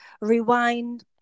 rewind